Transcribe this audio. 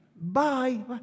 bye